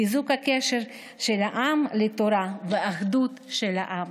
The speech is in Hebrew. חיזוק הקשר של העם לתורה ואחדות העם.